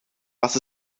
was